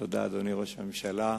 תודה, אדוני ראש הממשלה,